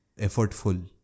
effortful